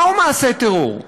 מהו מעשה טרור?